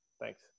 thanks